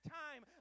time